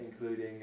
including